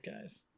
guys